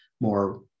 more